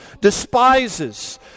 despises